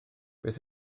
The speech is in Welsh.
beth